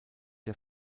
der